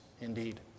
indeed